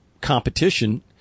competition